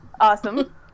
awesome